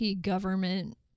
government